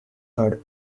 third